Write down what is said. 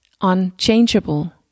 unchangeable